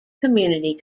community